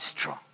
strong